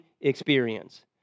experience